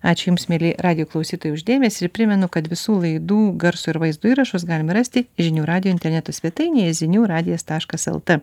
ačiū jums mieli radijo klausytojai už dėmesį ir primenu kad visų laidų garso ir vaizdo įrašus galima rasti žinių radijo interneto svetainėje zinių radijas taškas el t